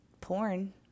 porn